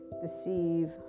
deceive